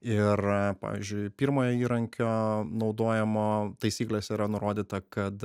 ir pavyzdžiui pirmojo įrankio naudojimo taisyklėse yra nurodyta kad